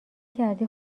کردی